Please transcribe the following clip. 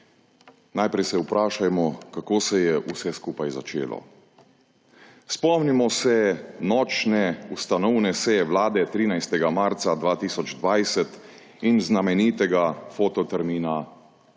Najprej se vprašajmo, kako se je vse skupaj začelo. Spomnimo se nočne ustanovne seje Vlade 13. marca 2020 in znamenitega fototermina